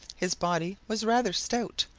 his body was rather stout,